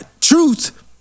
truth